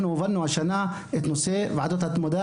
אנחנו הובלנו השנה את נושא ועדות התמדה,